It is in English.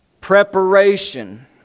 preparation